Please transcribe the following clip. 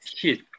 hit